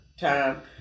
time